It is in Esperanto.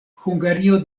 hungario